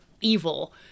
evil